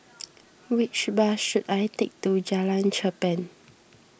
which bus should I take to Jalan Cherpen